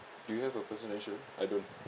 do you have a personal insur~ I don't